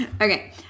Okay